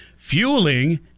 fueling